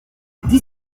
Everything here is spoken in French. dix